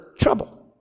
trouble